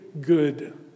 good